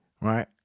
right